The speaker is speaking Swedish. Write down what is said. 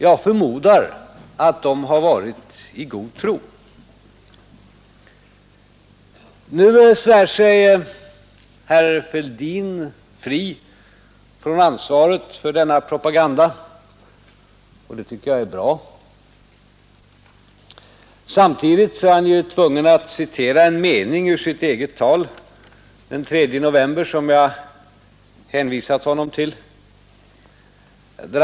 Jag förmodar att de har varit i god tro. Nu svär sig herr Fälldin fri från ansvaret för denna propaganda, och det tycker jag är bra. Samtidigt är han tvungen att citera en mening ur sitt eget tal den 3 november som jag hänvisade till.